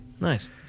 Nice